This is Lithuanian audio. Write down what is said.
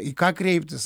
į ką kreiptis